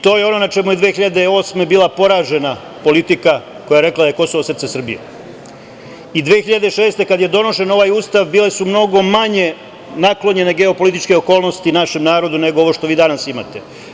To je ono na čemu je 2008. godine bila poražena politika koja je rekla da je Kosovo srce Srbije, i 2006. godine kada je donošen ovaj Ustav bile su mnogo manje naklonjene geopolitičke okolnosti našem narodu, nego ovo što vi danas imate.